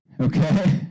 okay